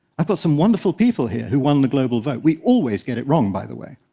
i've got some wonderful people here who won the global vote. we always get it wrong, by the way.